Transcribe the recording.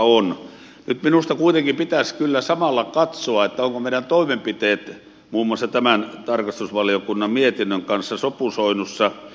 nyt minusta kuitenkin pitäisi kyllä samalla katsoa ovatko meidän toimenpiteemme muun muassa tämän tarkastusvaliokunnan mietinnön kanssa sopusoinnussa